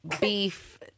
beef